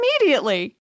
immediately